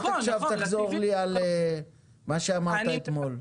אל תחזור על מה שאמרת אתמול.